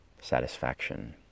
satisfaction